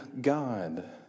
God